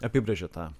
apibrėžia tą